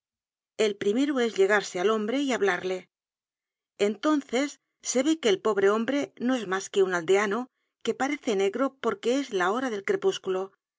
el primero es llegarse al hombre y hablarle entonces se ve que el pobre hombre no es mas que un aldeano que parece negro porque es la hora del crepúsculo